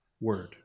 word